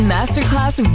Masterclass